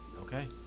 Okay